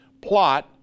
plot